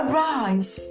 Arise